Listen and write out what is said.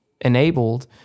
enabled